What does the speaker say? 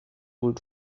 would